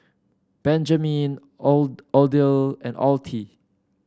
Benjman Odile and Ottie